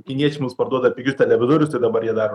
kiniečiai mums parduoda pigius televizorius tai dabar jie dar